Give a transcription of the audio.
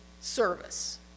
service